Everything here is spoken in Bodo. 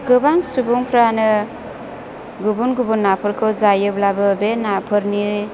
गोबां सुबुंफ्रानो गुबुन गुबुन नाफोरखौ जायोब्लाबो बे नाफोरनि